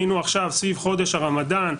היינו עכשיו סביב חודש הרמדאן,